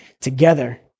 together